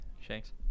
Shanks